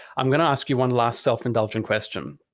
i'm gonna ask you one last self indulgent question.